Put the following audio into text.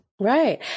Right